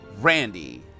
randy